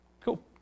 Cool